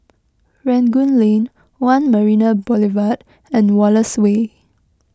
Rangoon Lane one Marina Boulevard and Wallace Way